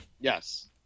Yes